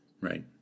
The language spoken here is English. Right